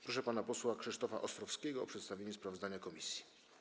Proszę pana posła Krzysztofa Ostrowskiego o przedstawienie sprawozdania komisji.